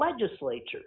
legislatures